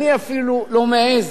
אני אפילו לא מעז